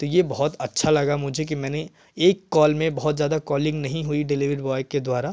तो ये बहुत अच्छा लगा मुझे कि मैंने एक कॉल में बहुत ज़्यादा कॉलिंग नहीं हुई डिलीवरी बॉय के द्वारा